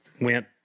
went